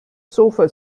sofa